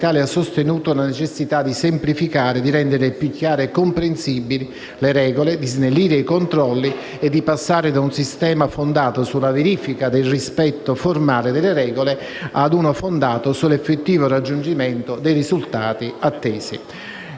di coesione, l'Italia ha sostenuto la necessità di semplificare e rendere più chiari e comprensibili le regole, di snellire i controlli e passare da un sistema fondato sulla verifica del rispetto formale delle regole a uno fondato sull'effettivo raggiungimento dei risultati attesi.